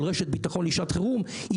של רשת ביטחון לשעת חירום,